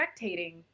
spectating